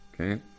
Okay